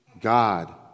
God